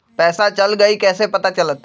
पैसा चल गयी कैसे पता चलत?